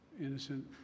innocent